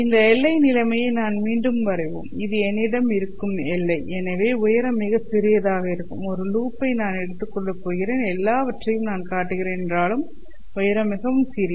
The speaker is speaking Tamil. இந்த எல்லை நிலைமையை நாம் மீண்டும் வரைவோம் இது என்னிடம் இருக்கும் எல்லை எனவே உயரம் மிகச் சிறியதாக இருக்கும் ஒரு லூப்பை நான் எடுத்துக்கொள்ளப் போகிறேன் எல்லாவற்றையும் நான் காட்டுகிறேன் என்றாலும் உயரம் மிகவும் பெரியது